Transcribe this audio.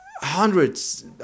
Hundreds